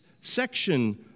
section